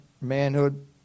manhood